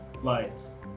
flights